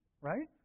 right